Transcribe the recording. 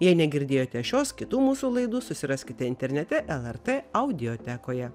jei negirdėjote šios kitų mūsų laidų susiraskite internete lrt audiotekoje